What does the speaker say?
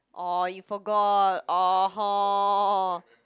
orh you forgot orh hor